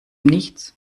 nichts